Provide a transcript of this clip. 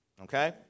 okay